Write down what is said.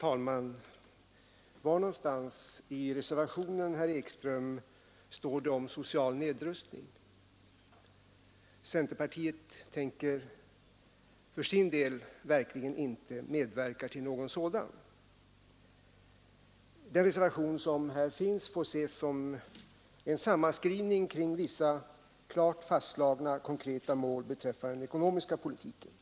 Herr talman! Var i reservationen, herr Ekström, står det om social nedrustning? Centerpartiet tänker för sin del verkligen inte medverka till någon sådan. Reservationen får ses som en sammanskrivning kring vissa klart fastslagna konkreta mål beträffande den ekonomiska politiken.